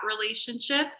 relationship